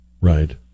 Right